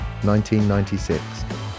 1996